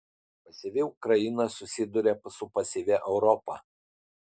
pasyvi ukraina susiduria su pasyvia europa